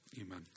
Amen